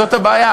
זאת הבעיה.